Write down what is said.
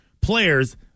players